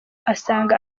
asanga